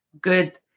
good